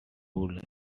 would